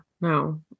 no